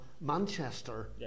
Manchester